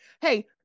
Hey